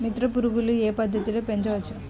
మిత్ర పురుగులు ఏ పద్దతిలో పెంచవచ్చు?